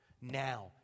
Now